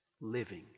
living